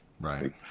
Right